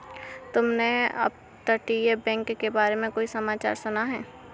तुमने अपतटीय बैंक के बारे में कोई समाचार सुना है?